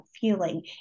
feeling